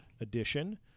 edition